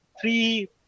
three